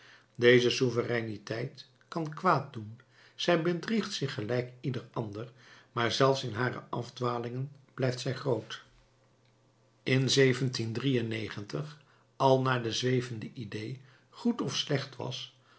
deze souvereiniteit kan kwaad doen zij bedriegt zich gelijk ieder ander maar zelfs in hare afdwalingen blijft zij groot in al naar de zwevende idée goed of slecht was